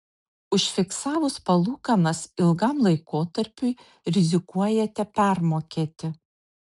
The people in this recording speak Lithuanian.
užfiksavus palūkanas ilgam laikotarpiui rizikuojate permokėti